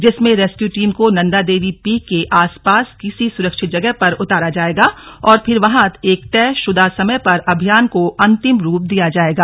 जिसमे rescue team को Nanda Devi peak के आसपास किसी सुरक्षित जगह पर उतारा जायेगा और फिर वहाँ एक तयशुदा समय पर अभियान को अंतिम रूप दिया जायेगा